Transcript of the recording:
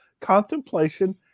contemplation